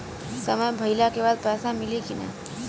समय भइला के बाद पैसा मिली कि ना?